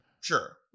Sure